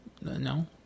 No